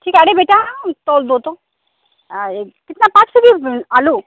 ठीक है अरे बेटा तौल दो तो आ ए कितना पाँच केजी आलू